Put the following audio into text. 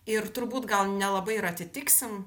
ir turbūt gal nelabai ir atitiksim